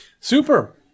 Super